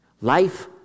Life